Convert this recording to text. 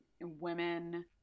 women